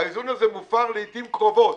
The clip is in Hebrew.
האיזון הזה מופר לעתים קרובות.